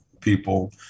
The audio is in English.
people